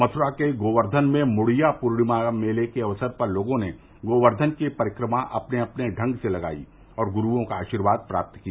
मथुरा के गोवर्धन में मुड़िया पूर्णिमा मेले के अवसर पर लोगों ने गोवर्धन की परिक्रमा अपने अपने ढंग से लगाई और गुरूओं का आशीर्वाद प्राप्त किया